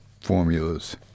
formulas